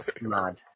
Mad